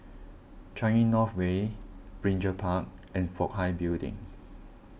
Changi North Way Binjai Park and Fook Hai Building